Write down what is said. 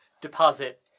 deposit